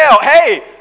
Hey